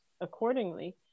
accordingly